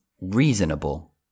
reasonable